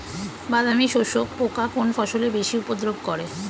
বাদামি শোষক পোকা কোন ফসলে বেশি উপদ্রব করে?